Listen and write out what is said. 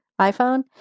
iPhone